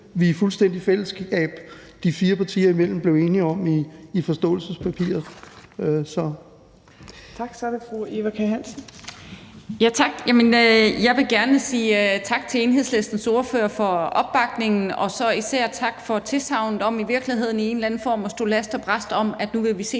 vi i fuldstændig fællesskab de fire partier imellem blev enige om i forståelsespapiret.